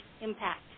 impact